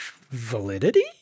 validity